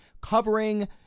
covering